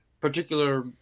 particular